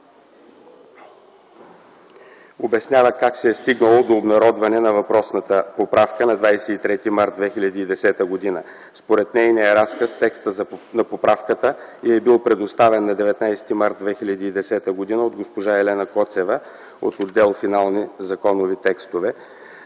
обяснява как се е стигнало до обнародване на въпросната поправка на 23 март 2010 г. Според нейния разказ, текстът на поправката й е бил предоставен на 19 март 2010 г. от госпожа Елена Коцева от отдел „Финални законови текстове”